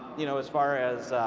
you know as far as,